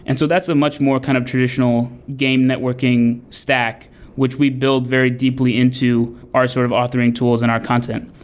and so that's a much more kind of traditional game networking stack which we build very deeply into our sort of authoring tools in our content.